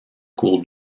cours